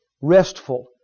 restful